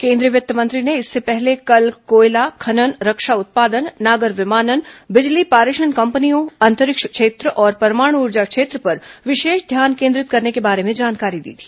केंद्रीय वित्त मंत्री ने इससे पहले कल कोयला खनन रक्षा उत्पादन नागर विमानन बिजली पारेषण कंपनियों अंतरिक्ष क्षेत्र और परमाणु ऊर्जा क्षेत्र पर विशेष ध्यान केन्द्रित करने के बारे में जानकारी दी थी